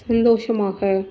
சந்தோஷமாக